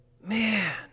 Man